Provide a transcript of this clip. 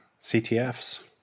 ctfs